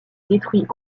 détruit